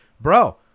Bro